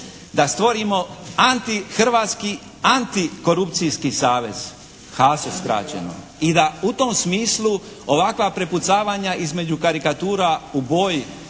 da stvorimo antihrvatski, antikorupcijski savez "HASO" skraćeno. I da u tom smislu ovakva prepucavanja između karikatura u boji